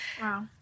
Wow